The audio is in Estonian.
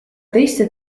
teiste